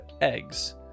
eggs